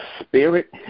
spirit